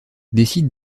décide